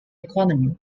economy